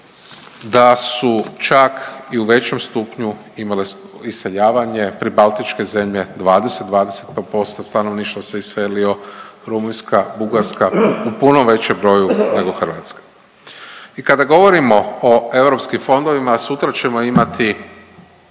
da su čak i u većem stupnju imale iseljavanja, pribaltičke zemlje 20, .../Govornik se ne razumije./... posto stanovništva se iselio, Rumunjska, Bugarska u puno većem broju nego Hrvatska. I kada govorimo o EU fondovima, a sutra ćemo imati